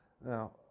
Now